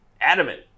adamant